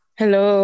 hello